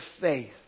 faith